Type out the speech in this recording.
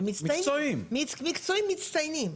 על מקצועים מצטיינים.